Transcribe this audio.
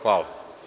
Hvala.